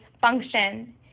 function